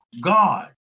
God